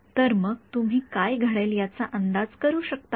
तर मग तुम्ही काय घडेल याचा अंदाज करू शकता का